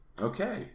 Okay